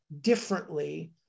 differently